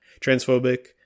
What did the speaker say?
transphobic